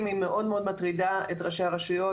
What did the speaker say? היא מאוד מאוד מטרידה את ראשי הרשויות,